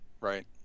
right